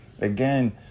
Again